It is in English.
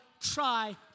try